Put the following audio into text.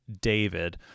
David